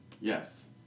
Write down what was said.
Yes